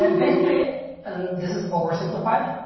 ah basically um this is oversimplified.